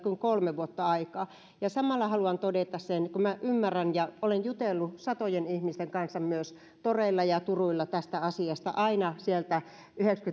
kuin kolme vuotta aikaa ja samalla haluan todeta kun kun minä ymmärrän ja olen jutellut satojen ihmisten kanssa myös toreilla ja turuilla tästä asiasta aina sieltä